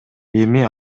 эми